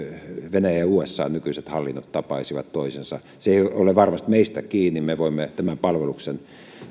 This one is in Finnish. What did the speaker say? venäjän ja usan nykyiset hallinnot tapaisivat toisensa se ei ole varmasti meistä kiinni mutta me voimme tämän palveluksen